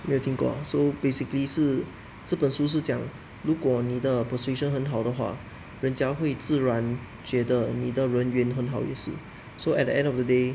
没有听过 ah so basically 是这本书是讲如果你的 persuasion 很好的话人家会自然觉得你的人缘很好也是 so at the end of the day